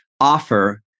Offer